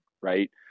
right